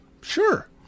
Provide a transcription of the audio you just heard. Sure